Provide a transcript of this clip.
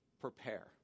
prepare